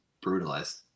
brutalized